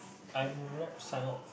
I would not sign up